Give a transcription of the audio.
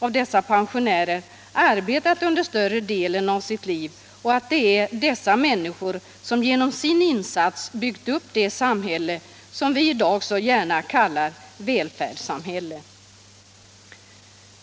antalet pensionärer har arbetat under större delen av sitt liv och att det är dessa människor som genom sin insats byggt upp det samhälle som vi i dag så gärna kallar ett välfärdssamhälle.